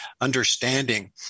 understanding